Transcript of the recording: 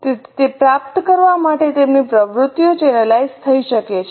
તેથી તે પ્રાપ્ત કરવા માટે તેમની પ્રવૃત્તિઓ ચેનલાઇઝ થઈ શકે છે